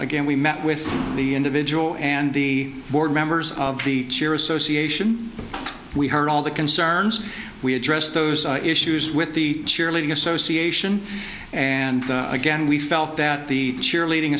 gain we met with the individual and the board members of the cheer association we heard all the concerns we addressed those issues with the cheerleading association and again we felt that the cheerleading